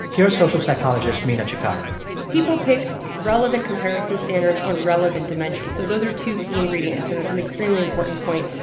here's social psychologist mina cikara people pick relevant comparison standards on relevant dimensions. so those are two key ingredients. and it's an extremely important point.